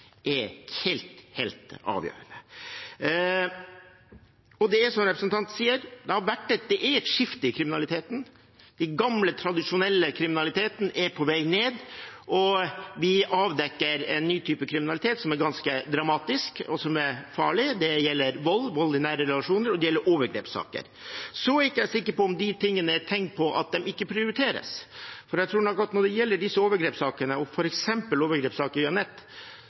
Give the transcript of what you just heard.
er helt avgjørende. Og det er som representanten sier, det er et skifte i kriminaliteten – den gamle, tradisjonelle kriminaliteten er på vei ned, og vi avdekker en ny type kriminalitet som er ganske dramatisk, og som er farlig. Det gjelder vold, vold i nære relasjoner, og det gjelder overgrepssaker. Jeg er ikke sikker på om disse tingene er tegn på at de ikke prioriteres, for jeg tror nok at når det gjelder disse overgrepssakene, f.eks. nettovergrepssaker, så skyldes den kraftige veksten – det har vært mer enn 100 pst. økning i